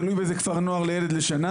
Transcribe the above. תלוי באיזה כפר נוער לילד לשנה,